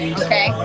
okay